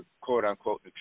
quote-unquote